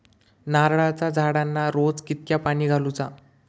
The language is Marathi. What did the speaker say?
नारळाचा झाडांना रोज कितक्या पाणी घालुचा?